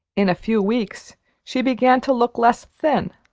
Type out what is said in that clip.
in a few weeks she began to look less thin.